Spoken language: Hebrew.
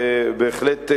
ובהחלט,